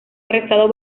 arrestado